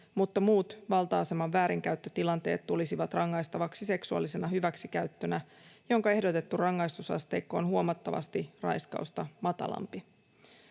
mutta muut valta-aseman väärinkäyttötilanteet tulisivat rangaistavaksi seksuaalisena hyväksikäyttönä, jonka ehdotettu rangaistusasteikko on huomattavasti raiskausta matalampi.